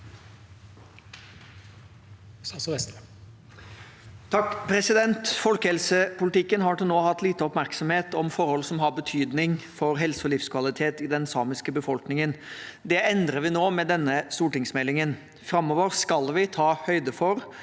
Folkehel- sepolitikken har til nå hatt lite oppmerksomhet om forhold som har betydning for helse og livskvalitet i den samiske befolkningen. Det endrer vi nå med denne stortingsmeldingen. Framover skal vi ta høyde for